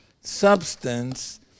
substance